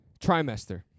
trimester